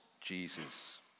Jesus